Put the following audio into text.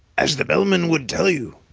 as the bellman would tell you,